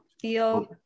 feel